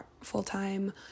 full-time